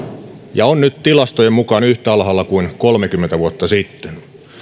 ja on nyt tilastojen mukaan yhtä alhaalla kuin kolmekymmentä vuotta sitten